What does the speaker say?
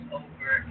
over